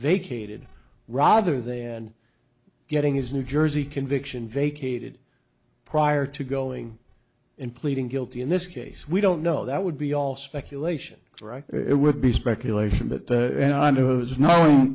vacated rather than getting his new jersey conviction vacated prior to going in pleading guilty in this case we don't know that would be all speculation right it would be speculation but you know i knew it was know